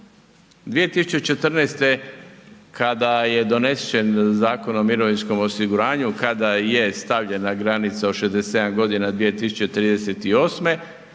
2014. kada je donesen Zakon o mirovinskom osiguranju, kada je stavljena granica od 67 godina 2038.